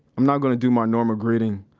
i'm not gonna do my normal greeting,